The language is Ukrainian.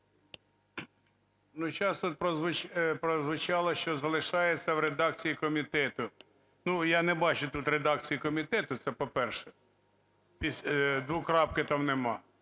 сейчас тут прозвучало, що залишається в редакції комітету. Ну, я не бачу тут редакції комітету. Це, по-перше. Двокрапки там немає.